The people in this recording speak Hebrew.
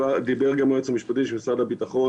דיבר גם היועץ המשפטי של משרד הביטחון,